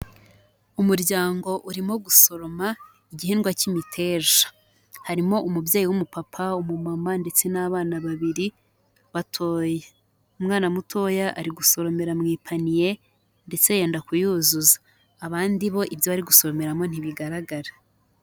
Umuryango urimo gusoroma igihingwa cy'imiteja. Harimo umubyeyi w'umupapa, umumama ndetse n'abana babiri batoya. Umwana mutoya ari gusoromera mu ipaniye ndetse yenda kuyuzuza. Abandi bo ibyo bari gusoromeramo ntibigaragara.